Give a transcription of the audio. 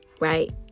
right